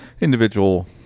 individual